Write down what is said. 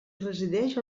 resideix